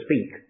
speak